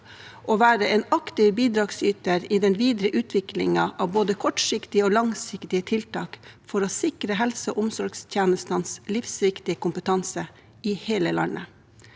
å være en aktiv bidragsyter i den videre utviklingen av både kortsiktige og langsiktige tiltak for å sikre helse- og omsorgstjenestene livsviktig kompetanse i hele landet.»